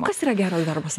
kas yra geras darbas